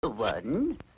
One